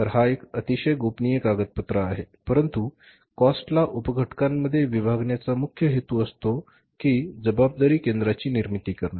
तर हा एक अतिशय गोपनीय कागदपत्र आहे परंतु कॉस्ट ला उप घटकांमध्ये विभागण्याचा मुख्य हेतू असतो कि जबाबदारी केंद्रांची निर्मिती करणे